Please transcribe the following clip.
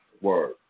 Word